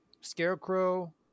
Scarecrow